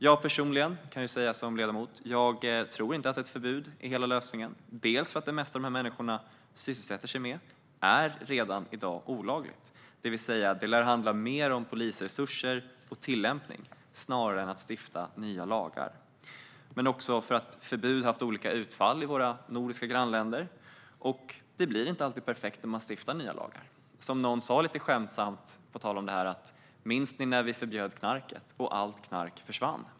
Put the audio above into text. Jag personligen tror inte att ett förbud är hela lösningen. Det mesta som de här människorna sysselsätter sig med är nämligen redan olagligt. Det lär därför handla mer om polisresurser och tillämpning än att stifta nya lagar. Dessutom har förbud fått olika utfall i våra nordiska grannländer, och det blir inte alltid perfekt när man stiftar nya lagar. Som någon sa lite skämtsamt på tal om detta: Minns ni när vi förbjöd knarket och allt knark försvann?